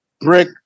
brick